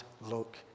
look